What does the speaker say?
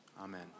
Amen